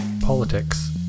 Politics